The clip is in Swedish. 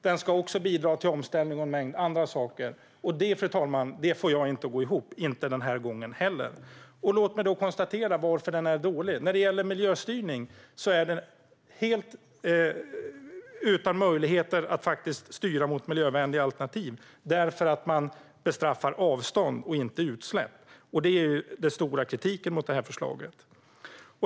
Den ska också bidra till omställning och en mängd andra saker. Det får jag inte att gå ihop, inte den här gången heller, fru talman. Låt mig konstatera varför den är dålig. När det gäller miljöstyrning är den helt utan möjligheter att styra mot miljövänliga alternativ därför att man bestraffar avstånd och inte utsläpp. Det är den stora kritiken mot förslaget.